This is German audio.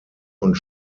und